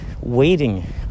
waiting